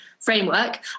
framework